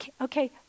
Okay